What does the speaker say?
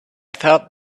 thought